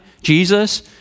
Jesus